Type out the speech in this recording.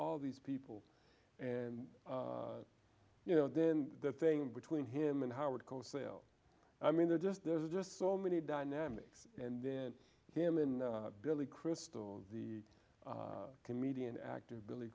all these people and you know then the thing between him and howard cosell i mean there's just there's just so many dynamics and then him in billy crystal the comedian actor billy